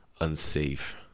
unsafe